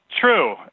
True